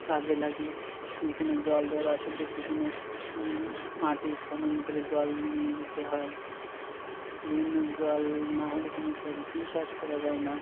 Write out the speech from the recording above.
কাজে লাগে যেখানে জল দেওয়ার অসুবিধা সেখানে মাটি খনন করে জল নিয়ে যেতে হয় বিভিন্ন জল না হলে কোনো সবজিই চাষ করা যায় না